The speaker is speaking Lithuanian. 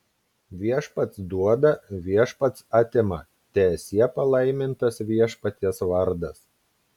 viešpats duoda viešpats atima teesie palaimintas viešpaties vardas